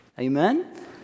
Amen